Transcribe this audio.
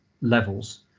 levels